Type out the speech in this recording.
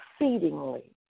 exceedingly